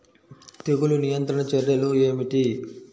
తెగులు నియంత్రణ చర్యలు ఏమిటి?